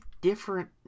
different